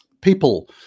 people